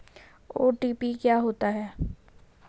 OTP क्या होता है?